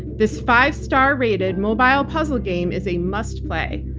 this five star rated mobile puzzle game is a must play.